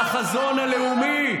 על החזון הלאומי,